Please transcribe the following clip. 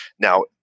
Now